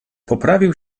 poprawił